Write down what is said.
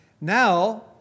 Now